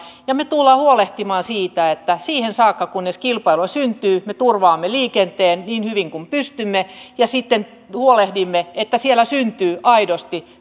ja me tulemme huolehtimaan siitä että siihen saakka kunnes kilpailua syntyy me turvaamme liikenteen niin hyvin kuin pystymme ja sitten huolehdimme että siellä syntyy aidosti